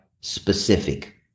specific